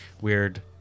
weird